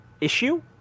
issue